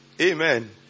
Amen